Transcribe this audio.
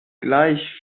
gleich